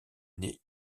année